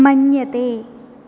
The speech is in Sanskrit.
मन्यते